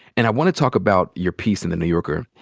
and i wanna talk about your piece in the new yorker,